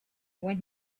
when